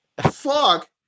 Fuck